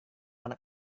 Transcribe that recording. anak